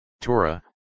Torah